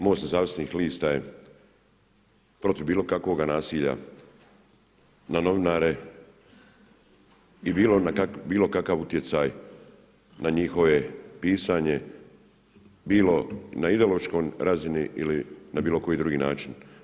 MOST nezavisnih lista je protiv bilo kakvoga nasilja na novinare i bilo kakav utjecaj na njihovo pisanje bilo na ideološkoj razini ili na bilo koji drugi način.